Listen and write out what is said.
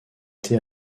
été